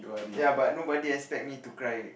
ya but nobody expect me to cry